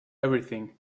everything